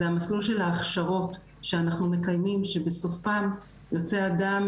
זה המסלול של ההכשרות שאנחנו מקיימים שבסופן יוצא אדם,